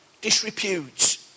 disrepute